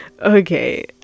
okay